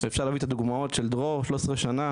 ואפשר להביא את הדוגמאות של דרור 13 שנים,